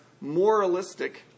moralistic